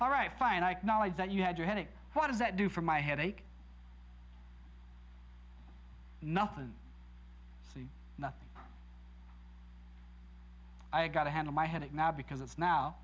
all right fine i knowledge that you had your headache what does that do for my headache nothing nothing i've got to handle my headache now because it's now